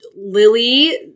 Lily